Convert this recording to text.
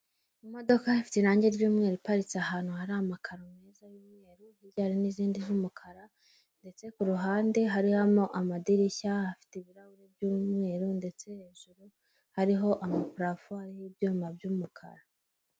Imodoka ifite irangi ry'umweru iparitse ahantu hari amakaro meza y'umweru hirya hari n'izindi z'umukara ndetse ku ruhande harimo amadirishya afite ibirahuri by'umweru ndetse hejuru hariho amapurafo ariho y'ibyuma by'umukara.